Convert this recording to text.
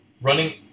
Running